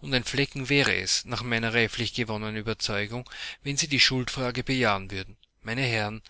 und ein flecken wäre es nach meiner reiflich gewonnenen überzeugung wenn sie die schuldfragen bejahen würden meine herren